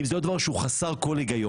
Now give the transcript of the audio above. אם זה לא דבר שהוא חסר כל היגיון.